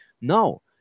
No